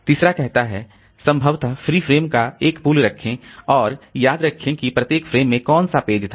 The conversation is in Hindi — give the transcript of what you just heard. तीसरा कहता है संभवतः फ्री फ्रेम का एक पूल रखें और याद रखें कि प्रत्येक फ्रेम में कौन सा पेज था